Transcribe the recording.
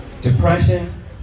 Depression